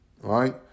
right